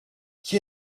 qui